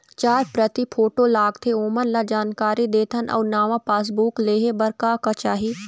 चार प्रति फोटो लगथे ओमन ला जानकारी देथन अऊ नावा पासबुक लेहे बार का का चाही?